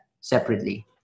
separately